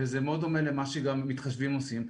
וזה מאוד דומה למה שגם "מתחשבים" עושים,